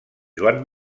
joan